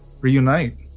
reunite